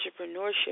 entrepreneurship